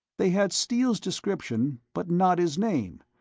they had steele's description but not his name,